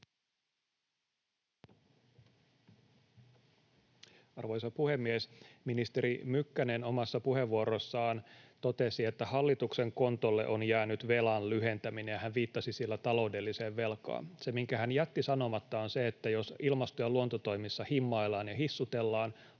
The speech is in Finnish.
Arvoisa puhemies! Ministeri Mykkänen omassa puheenvuorossaan totesi, että hallituksen kontolle on jäänyt velan lyhentäminen, ja hän viittasi sillä taloudelliseen velkaan. Se, minkä hän jätti sanomatta, on se, että jos ilmasto- ja luontotoimissa himmaillaan ja hissutellaan,